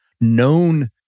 known